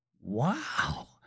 Wow